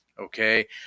Okay